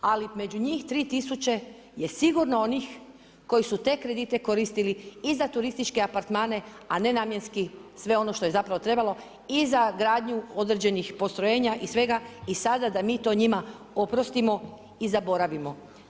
Ali, među njih je 3000 je sigurno onih koji su te kredite koristili i za turističke apartmane, a ne namjenski, sve ono što je zapravo trebalo i za gradnju određenih postrojenja i svega i sada da mi to njima oprostimo i zaboravimo.